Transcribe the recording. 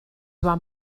van